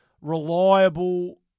reliable